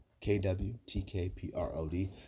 K-W-T-K-P-R-O-D